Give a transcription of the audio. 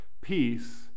peace